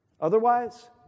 Otherwise